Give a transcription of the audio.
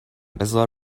بزار